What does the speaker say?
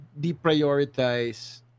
deprioritize